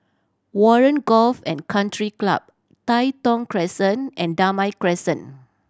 Warren Golf and Country Club Tai Thong Crescent and Damai Crescent